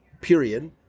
period